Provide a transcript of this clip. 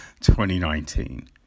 2019